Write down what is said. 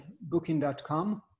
Booking.com